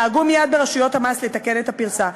דאגו מייד ברשויות המס לתקן את הפרצה.